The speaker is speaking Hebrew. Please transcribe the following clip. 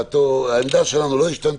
עמדתנו לא השתנה